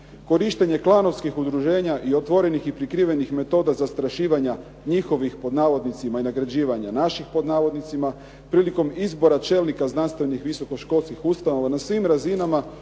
razumije./… udruženja i otvorenih i prikrivenih metoda zastrašivanja "njihovih", pod navodnicima i nagrađivanja "naših", pod navodnicima, prilikom izbora čelnika znanstvenih visokoškolskih ustanovama na svim razinama